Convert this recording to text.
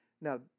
Now